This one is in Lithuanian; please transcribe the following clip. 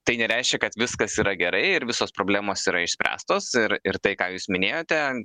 tai nereiškia kad viskas yra gerai ir visos problemos yra išspręstos ir ir tai ką jūs minėjote